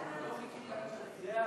זה הגליל?